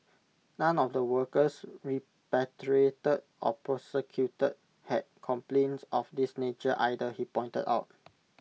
none of the workers repatriated or prosecuted had complaints of this nature either he pointed out